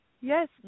Yes